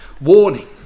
warning